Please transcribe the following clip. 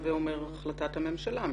הווה אומר מין הסתם החלטת הממשלה בעניין.